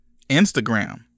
Instagram